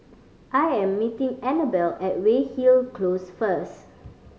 I am meeting Annabella at Weyhill Close first